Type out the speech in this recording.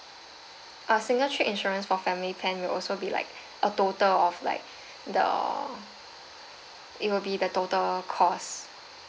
uh single trip insurance for family plan will also be like a total of like the it will be the total cost